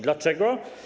Dlaczego?